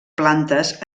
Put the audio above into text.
plantes